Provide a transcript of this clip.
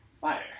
Fire